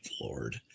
lord